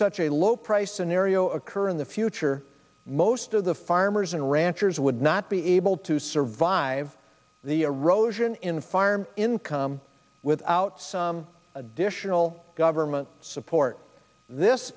such a low price scenario occur in the future most of the farmers and ranchers would not be able to survive the erosion in farm income without some additional government support this